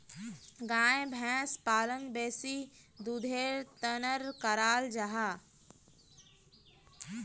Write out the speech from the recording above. गाय भैंस पालन बेसी दुधेर तंर कराल जाहा